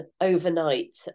overnight